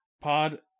pod